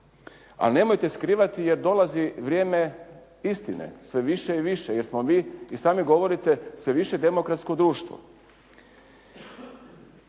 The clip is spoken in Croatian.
A nemojte skrivati jer dolazi vrijeme istine sve više i više jer smo mi, i sami govorite ste više demokratsko društvo.